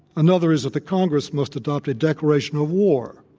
another is that the congress must adopt a declaration of war,